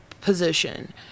position